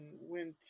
went